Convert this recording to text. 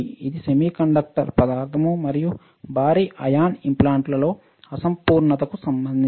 ఇది సెమీకండక్టర్ పదార్థం మరియు భారీ అయాన్ ఇంప్లాంట్లు లో అసంపూర్ణతకు సంబంధించినది